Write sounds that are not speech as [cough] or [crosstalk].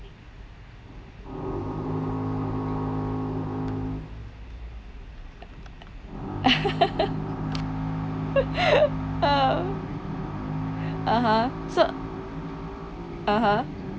[laughs] (uh huh) so (uh huh)